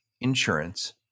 Insurance